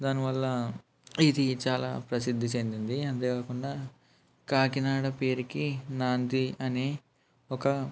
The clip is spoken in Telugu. దాని వల్ల ఇది చాలా ప్రసిద్ధి చెందింది అంతేకాకుండా కాకినాడ పేరుకి నాంది అని ఒక